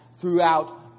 throughout